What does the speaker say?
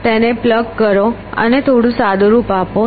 તેને પ્લગ કરો અને થોડું સાદું રૂપ આપો